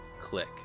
click